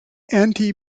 anti